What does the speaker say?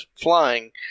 flying